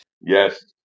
Yes